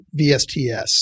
VSTS